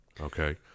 okay